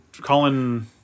Colin